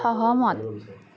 সহমত